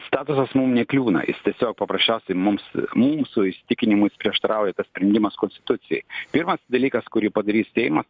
statusas mum nekliūna jis tiesiog paprasčiausiai mums mūsų įsitikinimu jis prieštarauja tas sprendimas konstitucijai pirmas dalykas kurį padarys seimas